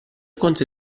conte